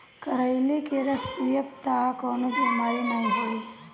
करइली के रस पीयब तअ कवनो बेमारी नाइ होई